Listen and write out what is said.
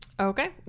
Okay